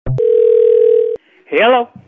Hello